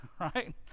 right